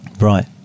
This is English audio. Right